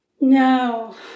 No